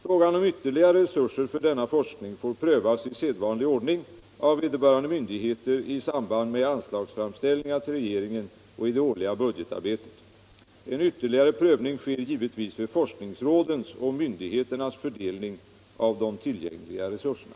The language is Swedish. Frågan om ytterligare resurser för denna forskning får prövas i sedvanlig ordning av vederbörande myndigheter i samband med anslagsframställningar till regeringen och i det årliga budgetarbetet. En ytterligare prövning sker givetvis vid forskningsrådens och myndigheternas fördelning av de tillgängliga resurserna.